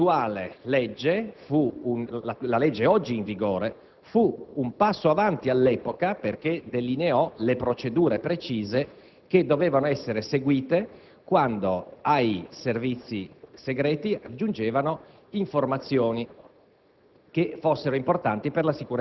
altresì, che la legge oggi in vigore fu un passo avanti all'epoca perché delineò le procedure precise che dovevano essere seguite quando ai Servizi segreti giungevano informazioni